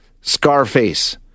Scarface